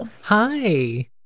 Hi